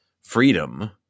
freedom